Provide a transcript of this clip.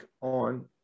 on